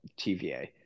tva